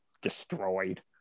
destroyed